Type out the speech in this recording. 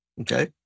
Okay